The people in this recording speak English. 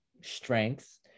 strengths